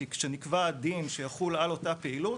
כי כשנקבע הדין שהוא יחול על אותה פעילות,